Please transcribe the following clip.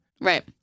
Right